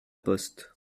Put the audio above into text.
poste